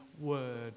word